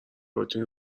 بتونی